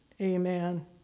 Amen